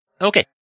Okay